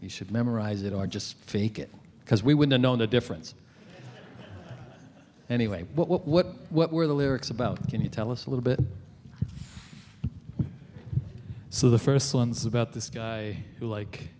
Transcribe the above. you should memorize it or just fake it because we wouldn't know the difference anyway but what what what were the lyrics about can you tell us a little bit so the first one's about this guy who like